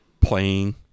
playing